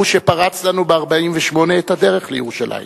הוא שפרץ לנו ב-1948 את הדרך לירושלים,